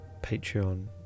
Patreon